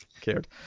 cared